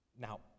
Now